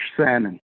salmon